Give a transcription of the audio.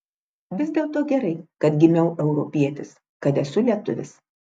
vis dėlto gerai kad gimiau europietis kad esu lietuvis